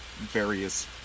various